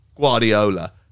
Guardiola